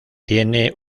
tiene